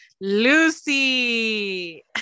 Lucy